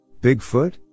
Bigfoot